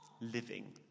living